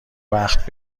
وقت